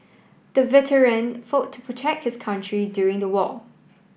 the veteran fought protect his country during the war